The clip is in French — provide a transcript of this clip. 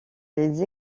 les